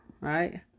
right